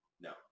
No